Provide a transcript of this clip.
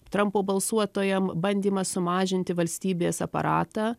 trampo balsuotojam bandymas sumažinti valstybės aparatą